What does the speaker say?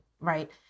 right